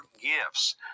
gifts